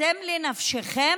אתם לנפשכם,